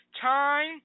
time